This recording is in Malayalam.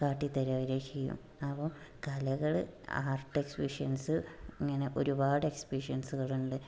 കാട്ടിത്തരവരെ ചെയ്യും അപ്പോൾ കലകൾ ആർട്ട് എക്സിബിഷൻസ് ഇങ്ങനെ ഒരുപാട് എക്സിബിഷൻസ്കളുണ്ട്